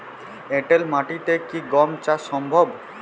এঁটেল মাটিতে কি গম চাষ সম্ভব?